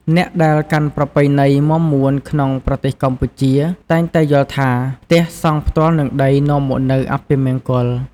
អ្នកដែលកាន់ប្រពៃណីមាំមួនក្នុងប្រទេសកម្ពុជានេះតែងយល់ថា ផ្ទះសង់ផ្ទាល់នឹងដីនាំមកនូវអពមង្គល។